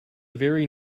very